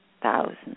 thousands